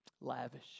Lavish